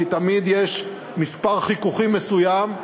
כי תמיד יש מספר חיכוכים מסוים,